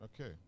Okay